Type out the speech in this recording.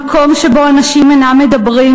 במקום שבו אנשים אינם מדברים,